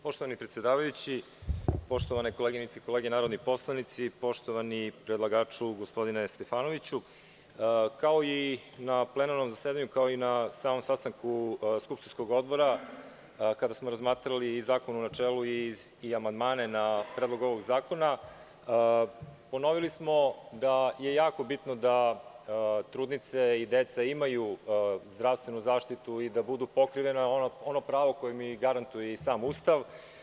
Poštovani predsedavajući, poštovane koleginice i kolege narodni poslanici, poštovani predlagaču gospodine Stefanoviću, kao i na plenarnom zasedanju, kao i na samom sastanku skupštinskog Odbora, kada smo razmatrali zakona u načelu i amandmane na Predlog ovog zakona, ponovili smo da je jako bitno da trudnice i deca imaju zdravstvenu zaštitu i da budu pokrivena, ono pravo koje im garantuje i sam Ustav.